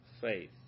faith